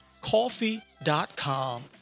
coffee.com